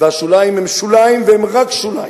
והשוליים הם שוליים והם רק שוליים.